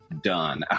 done